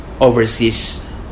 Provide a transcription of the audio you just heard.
overseas